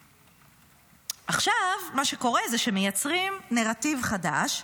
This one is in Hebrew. עכשיו, מה שקורה זה שמייצרים נרטיב חדש,